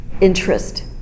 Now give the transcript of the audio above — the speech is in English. interest